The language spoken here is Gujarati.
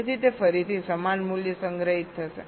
તેથી તે ફરીથી સમાન મૂલ્ય સંગ્રહિત થશે